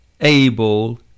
able